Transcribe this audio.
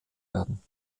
werden